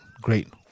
great